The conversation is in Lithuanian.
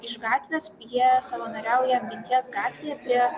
iš gatvės jie savanoriauja minties gatvėje prie